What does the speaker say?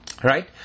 Right